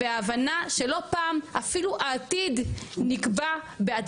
וההבנה שלא פעם אפילו העתיד נקבע בעד